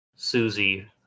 Susie